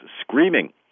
screaming